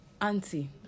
auntie